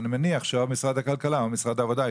לך.